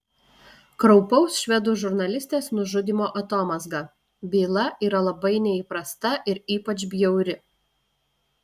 kraupaus švedų žurnalistės nužudymo atomazga byla yra labai neįprasta ir ypač bjauri